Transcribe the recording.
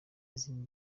izina